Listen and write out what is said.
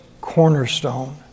cornerstone